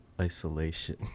isolation